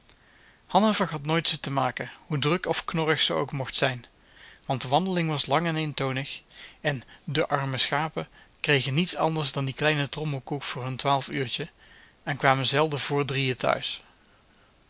hanna vergat nooit ze te maken hoe druk of knorrig ze ook mocht zijn want de wandeling was lang en eentonig en de arme schapen kregen niets anders dan die kleine trommelkoek voor hun twaalfuurtje en kwamen zelden vr drieën thuis